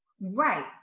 Right